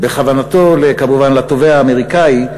כוונתו, כמובן לתובע האמריקני,